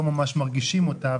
שלא ממש מרגישים אותה,